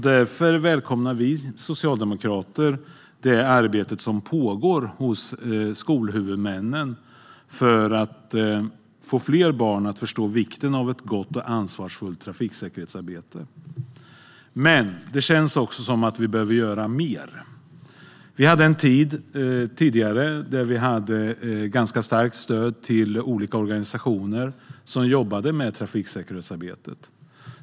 Därför välkomnar vi socialdemokrater det arbete som pågår hos skolhuvudmännen för att få fler barn att förstå vikten av ett gott och ansvarsfullt trafiksäkerhetsarbete. Men det känns också som att vi behöver göra mer. Tidigare fanns det ett ganska starkt stöd till olika organisationer som jobbade med trafiksäkerhetsarbetet.